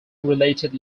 related